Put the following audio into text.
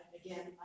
again